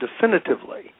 definitively